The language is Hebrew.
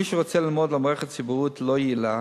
מי שרוצה ללמוד על מערכת ציבורית לא יעילה,